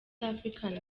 african